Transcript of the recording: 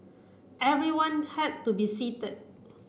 everyone had to be seated